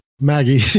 Maggie